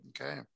Okay